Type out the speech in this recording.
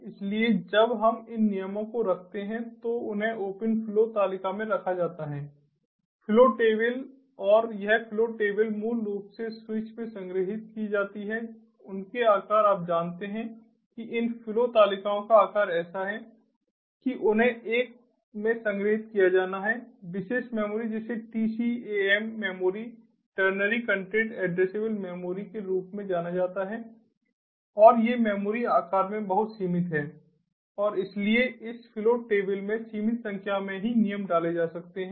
इसलिए जब हम इन नियमों को रखते हैं तो उन्हें ओपन फ्लो तालिका में रखा जाता है फ्लो टेबल और यह फ्लो टेबल मूल रूप से स्विच में संग्रहीत की जाती हैं उनके आकार आप जानते हैं कि इन फ्लो तालिकाओं का आकार ऐसा है कि उन्हें एक में संग्रहीत किया जाना है विशेष मेमोरी जिसे TCAM memory ternary content addressable memory के रूप में जाना जाता है और ये मेमोरी आकार में बहुत सीमित हैं और इसलिए इस फ्लो टेबल में सीमित संख्या में ही नियम डाले जा सकते हैं